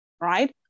right